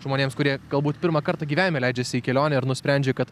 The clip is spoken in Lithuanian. žmonėms kurie galbūt pirmą kartą gyvenime leidžiasi į kelionę ir nusprendžia kad